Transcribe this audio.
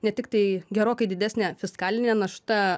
ne tiktai gerokai didesnė fiskalinė našta